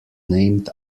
named